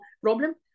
problem